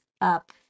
up